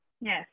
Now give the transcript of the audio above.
Yes